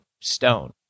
stone